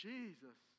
Jesus